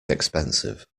expensive